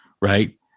right